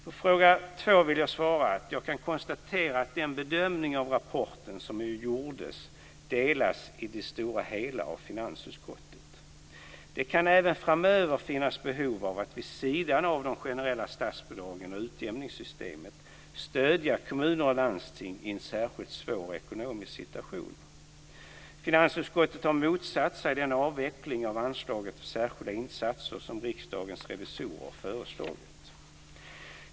På fråga 2 vill jag svara att jag kan konstatera att den bedömning av rapporten som jag gjorde i det stora hela delas av finansutskottet. Det kan även framöver finnas behov av att vid sidan av de generella statsbidragen och utjämningssystemet stödja kommuner och landsting i en särskilt svår ekonomisk situation. Finansutskottet har motsatt sig den avveckling av anslaget för särskilda insatser som Riksdagens revisorer föreslagit.